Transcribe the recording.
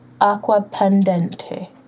Aquapendente